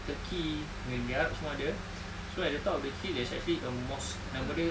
turkey negeri arab semua ada so at the top of the hill is actually a mosque nama dia